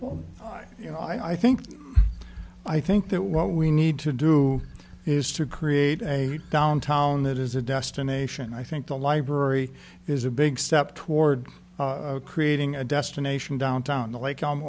well you know i think i think that what we need to do is to create a downtown that is a destination i think the library is a big step toward creating a destination downtown the lake